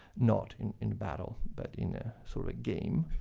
not in in battle, but in a sort of a game.